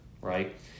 right